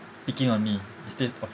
picking on me instead of